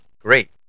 Great